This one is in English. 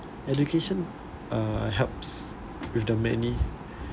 education uh helps with the many